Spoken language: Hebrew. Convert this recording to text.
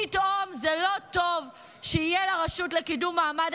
פתאום זה לא טוב שיהיו לרשות לקידום מעמד